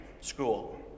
School